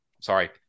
sorry